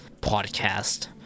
podcast